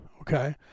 okay